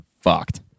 fucked